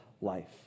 life